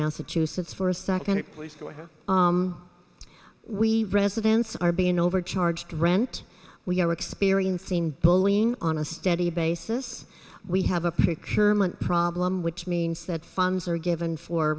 massachusetts first please go ahead we residents are being overcharged rent we are experiencing bullying on a steady basis we have a problem which means that funds are given for